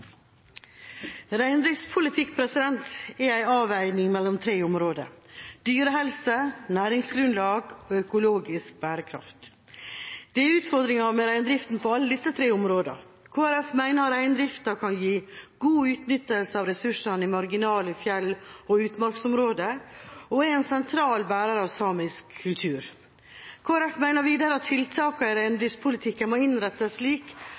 Reindriftspolitikk er en avveining mellom tre områder: dyrehelse, næringsgrunnlag og økologisk bærekraft. Det er utfordringer med reindriften på alle disse tre områdene. Kristelig Folkeparti mener reindriften kan gi god utnyttelse av ressursene i marginale fjell- og utmarksområder, og at den er en sentral bærer av samisk kultur. Kristelig Folkeparti mener videre at tiltakene i reindriftspolitikken må innrettes slik